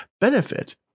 benefit